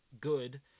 good